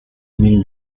mil